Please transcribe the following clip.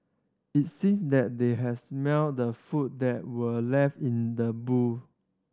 it sees that they had smelt the food that were left in the boot